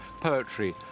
poetry